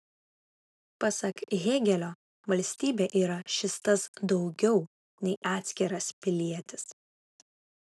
pasak hėgelio valstybė yra šis tas daugiau nei atskiras pilietis